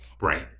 right